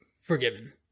forgiven